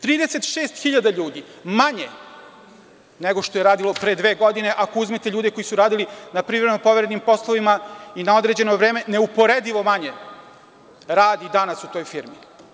Trideset šest hiljada ljudi manje nego što je radilo pre dve godine, ako uzmete ljude koji su radili na privremeno povremenim poslovima i na određeno vreme, neuporedivo manje radi danas u toj firmi.